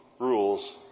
rules